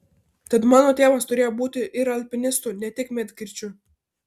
tad mano tėvas turėjo būti ir alpinistu ne tik medkirčiu